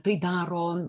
tai daro